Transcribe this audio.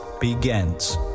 begins